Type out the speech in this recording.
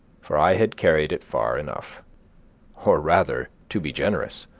for i had carried it far enough or rather, to be generous,